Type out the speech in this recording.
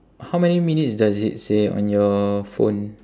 how many minutes does it say on your phone